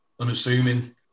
unassuming